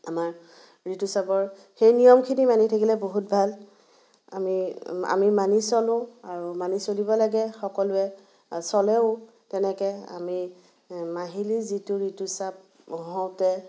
আমাৰ ঋতুস্ৰাৱৰ সেই নিয়মখিনি মানি থাকিলে বহুত ভাল আমি আমি মানি চলোঁ আৰু মানি চলিব লাগে সকলোৱে চলেও তেনেকৈ আমি মাহিলি যিটো ঋতুস্ৰাৱ হওঁতে